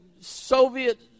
Soviet